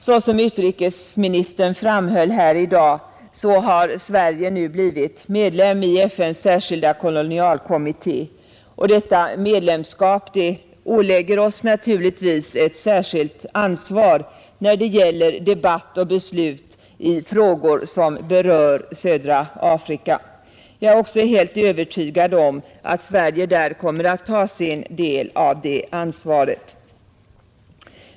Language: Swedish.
Som herr utrikesministern framhållit här i dag har Sverige nu blivit medlem i FN:s särskilda kolonialkommitté. Detta medlemskap ålägger oss naturligtvis ett särskilt ansvar när det gäller debatter och beslut i frågor som berör södra Afrika. Jag är också helt övertygad om att Sverige där kommer att ta sin del av ansvaret.